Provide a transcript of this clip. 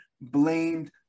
blamed